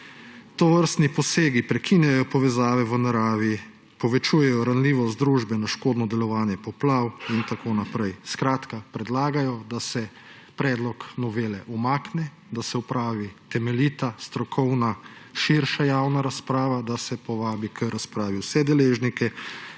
Tovrstni posegi prekinjajo povezave v naravi, povečujejo ranljivost družbe na škodno delovanje poplav …« in tako naprej. Skratka, predlagajo, da se predlog novele umakne, da se opravi temeljita strokovna, širša javna razprava, da se povabi k razpravi vse deležnike